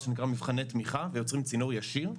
שנקרא מבחני תמיכה ויוצרים צינור ישיר,